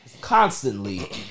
Constantly